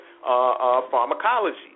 pharmacology